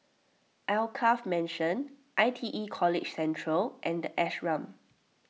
Alkaff Mansion I T E College Central and the Ashram